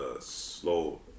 slow